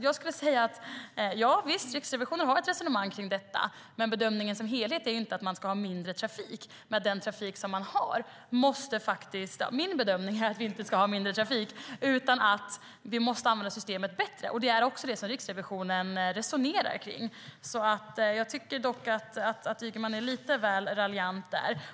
Jag skulle vilja säga: Ja, Riksrevisionen för ett resonemang om detta, men bedömningen som helhet är inte att man ska ha mindre trafik. Min bedömning är att vi inte ska ha mindre trafik, utan vi måste använda systemet bättre. Det är också det som Riksrevisionen resonerar kring. Jag tycker dock att Ygeman är lite väl raljant.